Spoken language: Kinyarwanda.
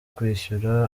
kwishyura